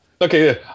okay